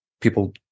people